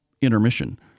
Intermission